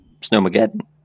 snowmageddon